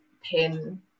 pin